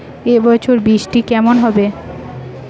এবছর বৃষ্টি কেমন হবে?